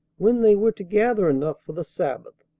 when they were to gather enough for the sabbath.